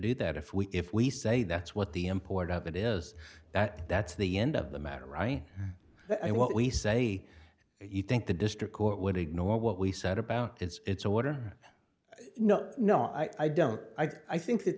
do that if we if we say that's what the import of it is that that's the end of the matter right i what we say you think the district court would ignore what we said about it's a what or no no i don't i think that